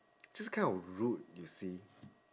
just kind of rude you see